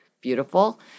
Beautiful